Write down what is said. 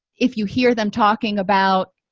if you hear them talking about